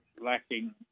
lacking